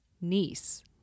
niece